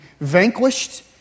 vanquished